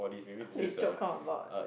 they joke all about